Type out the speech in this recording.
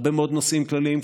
הרבה מאוד נושאים כלליים,